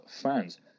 fans